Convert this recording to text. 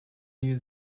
new